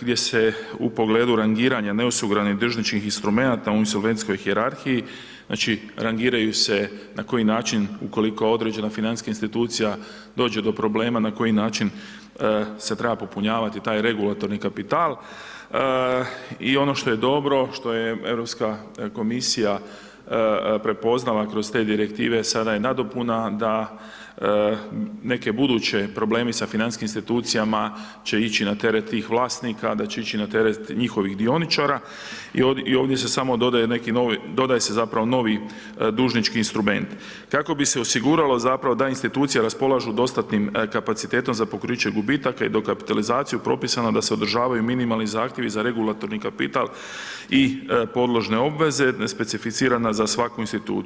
gdje se u pogledu rangiranja neosigurane držničkih instrumenata u insolvencijskoj hijerarhiji, znači, rangiraju se na koji način, ukoliko određena financijska institucija dođe do problema, na koji način se treba popunjavati taj regulatorni kapital i ono što je dobro, što je Europska komisija prepoznala kroz te Direktive, sada je nadopuna da neke buduće, problemi sa financijskim institucijama će ići na teret tih vlasnika, da će ići na teret njihovih dioničara i ovdje se samo dodaje neki novi, dodaje se zapravo novi dužnički instrument, kako bi se osiguralo zapravo da institucije raspolažu dostatnim kapacitetom za pokriće gubitaka i dokapitalizaciju propisano da se održavaju minimalni zahtjevi za regulatorni kapital i podložne obveze specificirana za svaku instituciju.